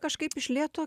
kažkaip iš lėto